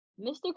Mr